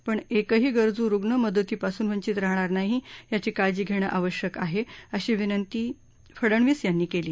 पण एकही गरजू रुग्ण मदतीपासून वंचित राहणार नाही याची काळजी घेणं आवश्यक आहे अशी विनंतीही फडनवीस यांनी केली